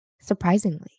surprisingly